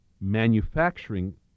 manufacturing